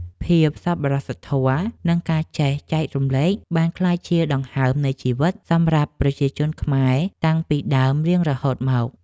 ភាពសប្បុរសធម៌និងការចេះចែករំលែកបានក្លាយជាដង្ហើមនៃជីវិតសម្រាប់ប្រជាជនខ្មែរតាំងពីដើមរៀងរហូតមក។